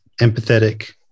empathetic